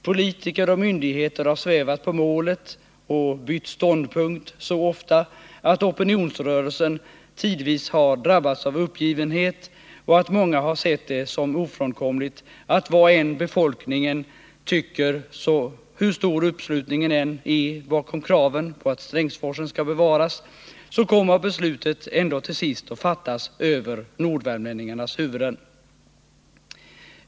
Politiker och myndigheter har svävat på målet och bytt ståndpunkt så ofta att opinionsrörelsen tidvis har drabbats av uppgivenhet och att många har sett det som ofrånkomligt, att vad än befolkningen tycker, hur stor uppslutningen än är bakom kravet på att Strängsforsen skall bevaras, så kommer beslutet ändå till sist att fattas över nordvärmlänningarnas huvuden.